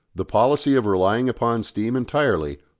the policy of relying upon steam entirely,